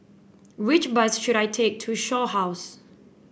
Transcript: which bus should I take to Shaw House